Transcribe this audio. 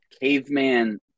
caveman